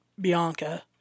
Bianca